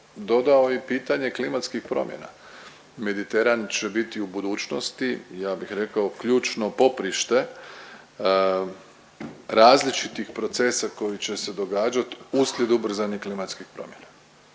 dodao i pitanje klimatskih promjena. Mediteran će biti u budućnosti, ja bih rekao, ključno poprište različitih procesa koji će se događat uslijed ubrzanih klimatskih promjena,